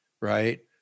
Right